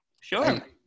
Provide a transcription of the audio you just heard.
Sure